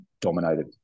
dominated